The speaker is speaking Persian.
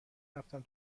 رفتم